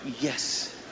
Yes